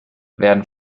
werden